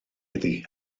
iddi